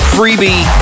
Freebie